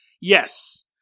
Yes